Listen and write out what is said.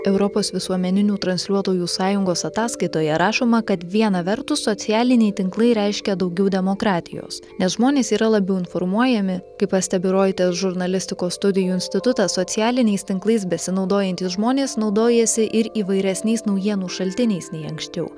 europos visuomeninių transliuotojų sąjungos ataskaitoje rašoma kad viena vertus socialiniai tinklai reiškia daugiau demokratijos nes žmonės yra labiau informuojami kaip pastebi reuters žurnalistikos studijų institutas socialiniais tinklais besinaudojantys žmonės naudojasi ir įvairesniais naujienų šaltiniais nei anksčiau